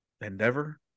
Endeavor